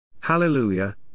Hallelujah